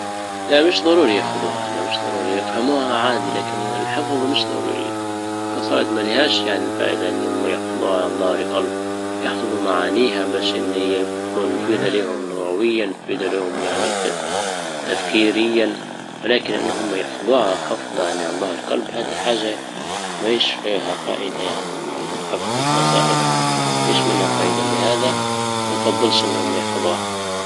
لا مش ضروري يحفظوها لا مش ضروري يفهموها عادي لكن الحفظ مش ضروري قصائد ما لهاش يعني الفائدة انهم يحفظوها عن ظهر قلب يحفظوا معانيها باش انها بتكون مفيدة لهم لغويا مفيدة لهم يعني تفـ- تفكيريا ولكن ان هم يحفظوها حفظ يعني عن ظهر قلب هادي حاجة ماهيش فيها فائدة يعني حفظ القصائد مافيش منها فايدة لهذا مانفضلش انهم يحفظوها